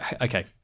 okay